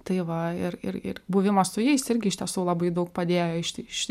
tai va ir ir ir buvimas su jais irgi iš tiesų labai daug padėjo iš iš